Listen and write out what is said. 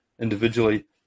individually